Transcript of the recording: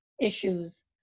issues